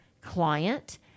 client